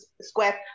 square